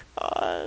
god